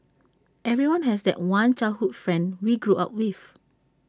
everyone has that one childhood friend we grew up with